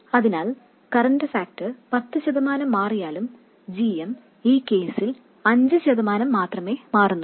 അതിനാൽ current factor പത്ത് ശതമാനം മാറിയാലും gm ഈ കേസിൽ അഞ്ച് ശതമാനം മാത്രമേ മാറുന്നുള്ളൂ